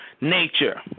nature